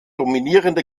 dominierende